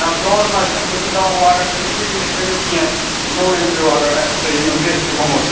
نہَ حظ تُہٕنٛز نہَ حظ چھِنہٕ بہٕ چھُس دَپان وۅنۍ اَگر تُہۍ اِنڈوٗجؤلی کٔرِو کیٚنٛہہ نوٚو اِنٹریوِ اگر اَسہِ تۄہہِ یِمَن مِس چھُ گوٚمُت